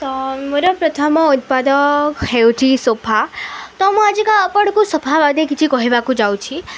ତ ମୋର ପ୍ରଥମ ଉତ୍ପାଦ ହେଉଛି ସୋଫା ତ ମୁଁ ଆଜିକା ଆପଣଙ୍କୁ ସୋଫାବାଦେ କିଛି କହିବାକୁ ଯାଉଛି